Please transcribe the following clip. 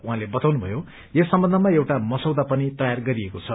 उहाँले बताउनुभयो यस सम्बन्धमा एउटा मसौदा पनि तयार गरिएको छ